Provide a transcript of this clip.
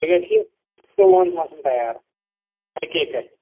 تۄہہِ گَژھِ یہِ زٕتوٚوُہن ساسن تیار اَکے کتھِ